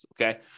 okay